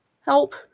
Help